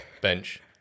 bench